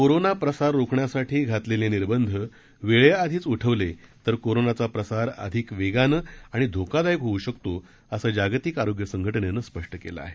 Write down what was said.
corona प्रसार रोखण्यासाठी घातलेले निर्बंध वेळेआधीच उठवले तर कोरोनाचा प्रसार अधिक वेगानं आणि धोकादायक होऊ शकतो असं जागतिक आरोग्य संघटनेनं स्पष्ट केलं आहे